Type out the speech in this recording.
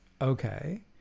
Okay